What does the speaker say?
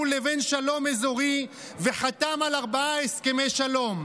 לבין שלום אזורי וחתם על ארבעה הסכמי שלום,